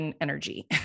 energy